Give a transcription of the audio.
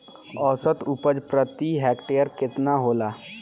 औसत उपज प्रति हेक्टेयर केतना होला?